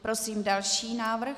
Prosím další návrh.